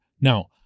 Now